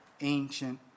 ancient